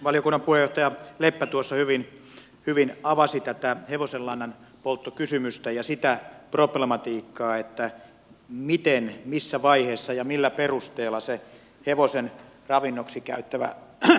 valiokunnan puheenjohtaja leppä tuossa hyvin avasi tätä hevosenlannanpolttokysymystä ja sitä problematiikkaa miten missä vaiheessa ja millä perusteella se hevosen ravinnoksi käyttävä se